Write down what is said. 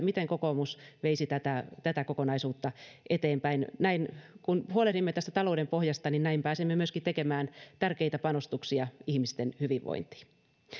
miten kokoomus veisi tätä yhtälöä tätä kokonaisuutta eteenpäin kun huolehdimme talouden pohjasta niin näin pääsemme myöskin tekemään tärkeitä panostuksia ihmisten hyvinvointiin